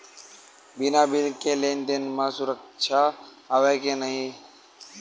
बिना बिल के लेन देन म सुरक्षा हवय के नहीं?